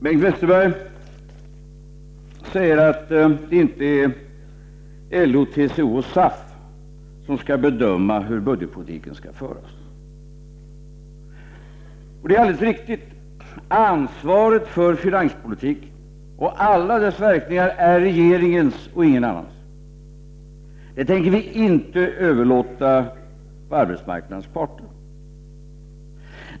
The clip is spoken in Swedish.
Bengt Westerberg säger att LO, TCO och SAF inte skall bedöma hur budgetpolitiken skall föras. Det är alldeles riktigt. Ansvaret för finanspolitiken och alla dess verkningar är regeringens och ingen annans. Det tänker vi inte överlåta på arbetsmarknadens parter.